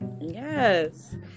yes